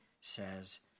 says